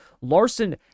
Larson